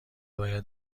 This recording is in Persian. باید